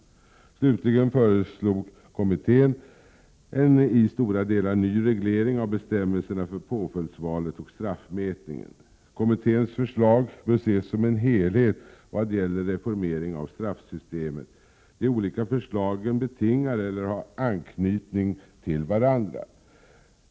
Slutligen föreslog kommittén en i stora delar ny reglering av bestämmelserna för påföljdsvalet och straffmätningen. Kommitténs förslag bör ses som en helhet vad gäller reformering av straffsystemet. De olika förslagen betingar eller har anknytning till varandra.